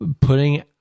putting